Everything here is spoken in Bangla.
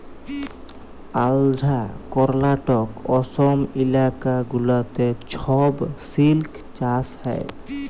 আল্ধ্রা, কর্লাটক, অসম ইলাকা গুলাতে ছব সিল্ক চাষ হ্যয়